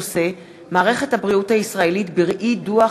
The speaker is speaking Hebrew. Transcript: אבקסיס ויחיאל חיליק בר בנושא: מערכת הבריאות הישראלית בראי דוח